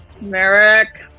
Merrick